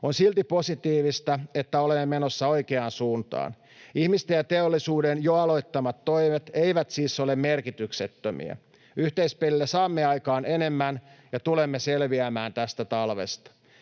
On silti positiivista, että olemme menossa oikeaan suuntaan. Ihmisten ja teollisuuden jo aloittamat toimet eivät siis ole merkityksettömiä. Yhteispelillä saamme aikaan enemmän ja tulemme selviämään tästä talvesta.